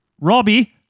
Robbie